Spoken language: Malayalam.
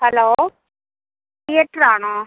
ഹലോ തീയേറ്റർ ആണോ